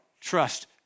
trust